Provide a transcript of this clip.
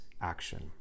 action